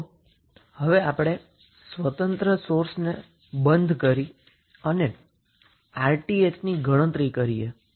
તો હવે આપણે ઇંડિપેન્ડન્ટ સોર્સ ને બંધ કરી છીએ જ્યારે આપણે 𝑅𝑇ℎ ની ગણતરી કરીએ છીએ